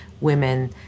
women